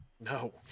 No